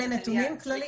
אלה נתונים כלליים.